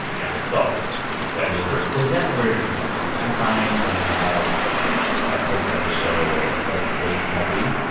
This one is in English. and it's a dog whistle. you know, that is true yeah. does that wear you down? i find when i have episodes of this show where it's like race-heavy,